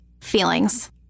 feelings